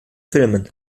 filmen